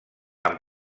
amb